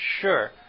Sure